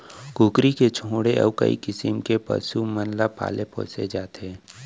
कुकरी के छोड़े अउ कई किसम के पसु मन ल पाले पोसे जाथे